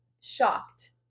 Shocked